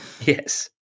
Yes